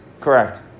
Correct